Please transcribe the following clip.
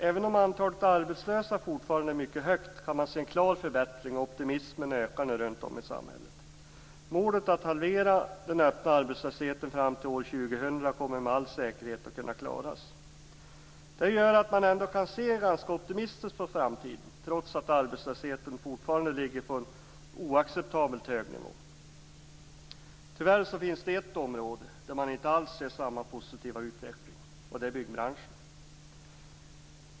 Även om antalet arbetslösa fortfarande är mycket stort kan man se en klar förbättring, och optimismen ökar nu runt om i samhället. Målet att halvera den öppna arbetslösheten fram till år 2000 kommer med all säkerhet att kunna klaras. Det här gör att man ändå kan se ganska optimistiskt på framtiden, trots att arbetslösheten fortfarande ligger på en oacceptabelt hög nivå. Tyvärr finns det ett område där man inte alls ser samma positiva utveckling, och det är byggbranschen.